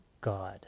God